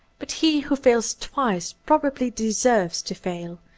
but he who fails twice probably deserves to fail,